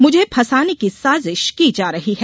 मुझे फसाने की साजिस की जा रही है